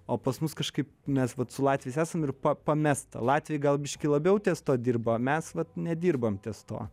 o pas mus kažkaip mes vat su latviais esam ir pa pamest latviai gal biškį labiau ties tuo dirba mes vat nedirbam ties tuo